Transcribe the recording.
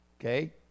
Okay